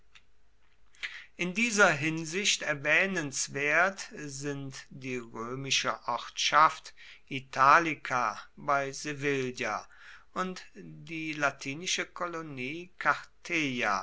in dieser hinsicht erwähnenswert sind die römische ortschaft italica bei sevilla und die latinische kolonie